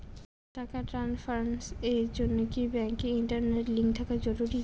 টাকা ট্রানস্ফারস এর জন্য কি ব্যাংকে ইন্টারনেট লিংঙ্ক থাকা জরুরি?